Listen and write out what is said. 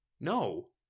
No